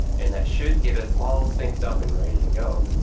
and that should get us all synced up and ready to go.